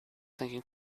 thinking